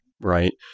right